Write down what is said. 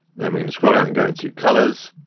then we're going to scroll down and go and to colours.